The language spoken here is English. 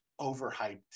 overhyped